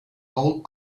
old